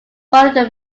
following